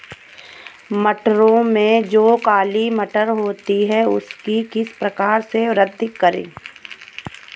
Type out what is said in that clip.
मटरों में जो काली मटर होती है उसकी किस प्रकार से वृद्धि करें?